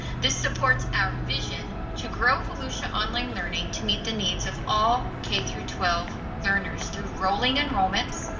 this supports our vision to grow volusia online learning to meet the needs of all k through twelve learners through rolling enrollments,